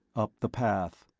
up the path.